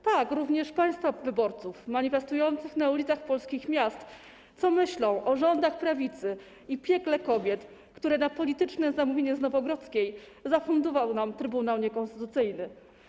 Tak, również państwa wyborców manifestujących na ulicach polskich miast, co myślą o rządach prawicy i piekle kobiet, które na polityczne zamówienie z Nowogrodzkiej zafundował nam trybunał niekonstytucyjny.